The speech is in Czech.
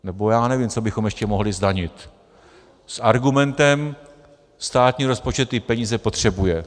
Nebo já nevím, co bychom ještě mohli zdanit s argumentem státní rozpočet ty peníze potřebuje.